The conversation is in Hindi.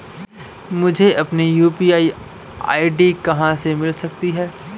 मुझे अपनी यू.पी.आई आई.डी कहां मिल सकती है?